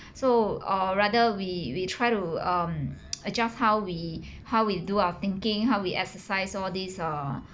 so or rather we we try to um adjust how we how we do our thinking how we exercise all these uh